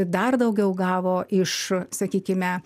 dar daugiau gavo iš sakykime